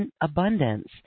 abundance